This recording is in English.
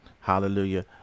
Hallelujah